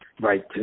Right